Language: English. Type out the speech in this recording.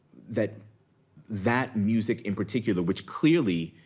that that music in particular, which clearly,